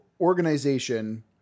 organization